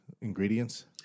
ingredients